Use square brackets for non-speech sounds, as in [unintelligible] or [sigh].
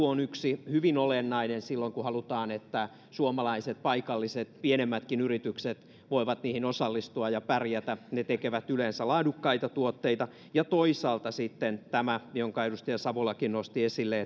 [unintelligible] on yksi hyvin olennainen silloin kun halutaan että suomalaiset paikalliset pienemmätkin yritykset voivat niihin osallistua ja pärjätä ne tekevät yleensä laadukkaita tuotteita toisaalta sitten tämä minkä edustaja savolakin nosti esille [unintelligible]